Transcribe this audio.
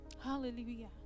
Hallelujah